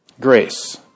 grace